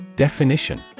Definition